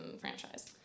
franchise